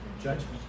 Judgment